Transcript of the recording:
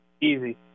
Easy